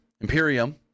Imperium